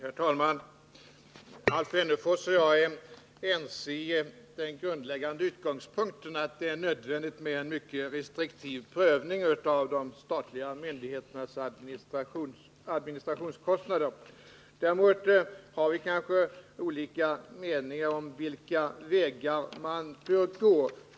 Herr talman! Alf Wennerfors och jag är ense i fråga om den grundläggande utgångspunkten, att det är nödvändigt med en mycket restriktiv prövning av de statliga myndigheternas administrationskostnader. Däremot har vi kanske olika meningar om vilka vägar man bör gå.